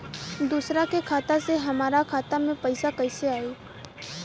दूसरा के खाता से हमरा खाता में पैसा कैसे आई?